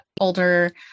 older